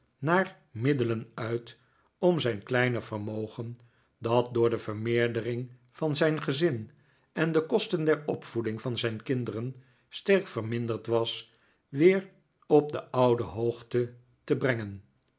naar middelen uit om zijn kleine vermogen dat door de vermeerdering van zijn gezin en de kosten der opvoeding van zijn kinderen sterk verminderd was weer op de oude hoogte te brengen